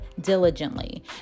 diligently